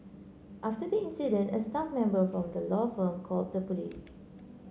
after the incident a staff member from the law firm called the police